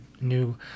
new